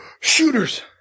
shooters